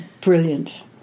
brilliant